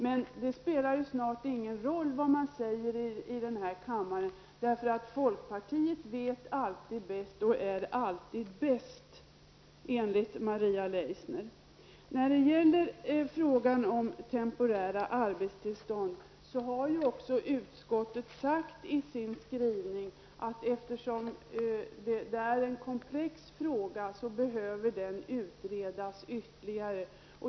Men det spelar snart ingen roll vad man säger i den här kammaren, för folkpartiet vet alltid bäst och är alltid bäst, enligt Maria Leissner. I fråga om temporära arbetstillstånd har utskottet sagt i sin skrivning, att eftersom frågan är komplex behöver den utredas ytterligare.